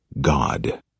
God